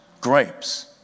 grapes